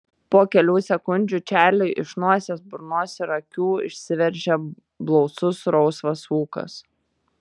po kelių sekundžių čarliui iš nosies burnos ir akių išsiveržė blausus rausvas ūkas